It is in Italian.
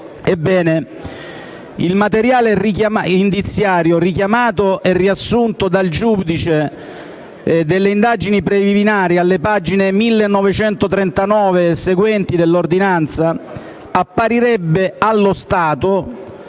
Ebbene, il materiale indiziario (richiamato e riassunto dal giudice delle indagini preliminari alle pagine 1.939 e seguenti dell'ordinanza) apparirebbe allo stato